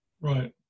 Right